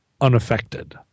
unaffected